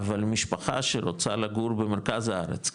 אבל משפחה שרוצה לגור במרכז הארץ,